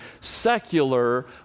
secular